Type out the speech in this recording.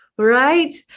right